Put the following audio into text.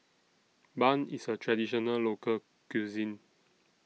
Bun IS A Traditional Local Cuisine